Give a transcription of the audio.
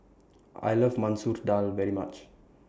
I like Masoor Dal very much